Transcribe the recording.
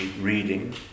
reading